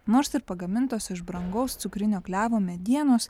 nors ir pagamintos iš brangaus cukrinio klevo medienos